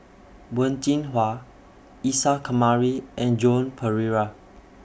Wen Jinhua Isa Kamari and Joan Pereira